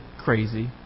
crazy